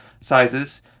sizes